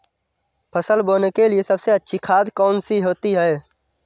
फसल बोने के लिए सबसे अच्छी खाद कौन सी होती है?